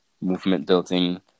movement-building